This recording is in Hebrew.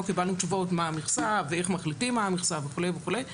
קיבלנו תשובות מה המכסה ואיך מחליטים מה המכסה וכולי וכולי,